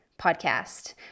podcast